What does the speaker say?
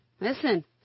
Listen